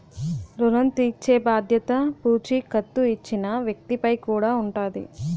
ఋణం తీర్చేబాధ్యత పూచీకత్తు ఇచ్చిన వ్యక్తి పై కూడా ఉంటాది